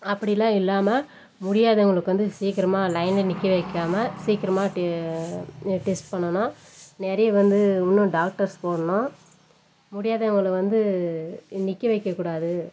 அப்படிலாம் இல்லாமல் முடியாதவங்களுக்கு வந்து சீக்கிரமா லைனில் நிற்க வைக்காமல் சீக்கிரமா டெஸ்ட் பண்ணணும் நிறையா வந்து இன்னும் டாக்டர்ஸ் போடணும் முடியாதவங்கள வந்து நிற்க வைக்கக்கூடாது